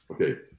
okay